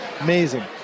amazing